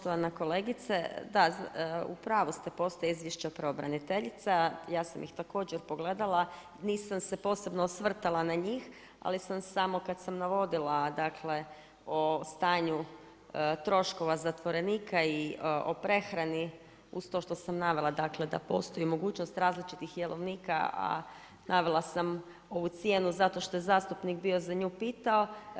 Poštovana kolegice, u pravu ste, postoje izvješća pravobraniteljica, ja sam ih također pogledala, nisam se posebno osvrtala na njih, ali sam samo kad sam navodila u stanju troškova zatvorenika i o prehrani uz to što sam navela dakle da postoji mogućnost različitih jelovnika a navela sam ovu cijenu zato što je zastupnik bio za nju pitao.